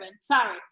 sorry